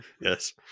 Yes